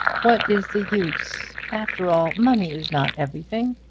what is the use? after all, money is not everything.